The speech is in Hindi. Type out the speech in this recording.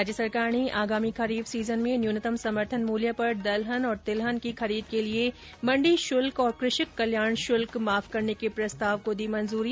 राज्य सरकार ने आगामी खरीफ सीजन में न्यूनतम समर्थन मूल्य पर दलहन और तिलहन की खरीद के लिए मंडी शुल्क तथा कृषक कल्याण शुल्क माफ करने के प्रस्ताव को दी मंजूरी